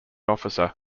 officer